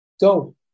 Go